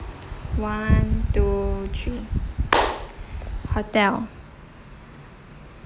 one two three hotel